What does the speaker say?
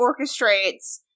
orchestrates